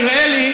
נראה לי,